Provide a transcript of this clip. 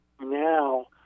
Now